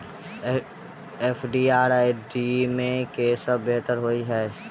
FD आ RD मे केँ सा बेहतर होइ है?